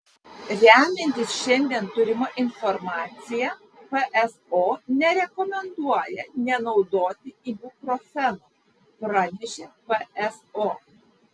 remiantis šiandien turima informacija pso nerekomenduoja nenaudoti ibuprofeno pranešė pso